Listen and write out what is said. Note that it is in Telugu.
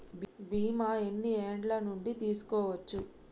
బీమా ఎన్ని ఏండ్ల నుండి తీసుకోవచ్చు?